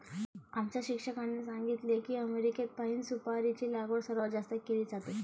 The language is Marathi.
आमच्या शिक्षकांनी सांगितले की अमेरिकेत पाइन सुपारीची लागवड सर्वात जास्त केली जाते